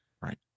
Right